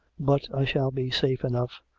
but i shall be safe enough.